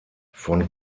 von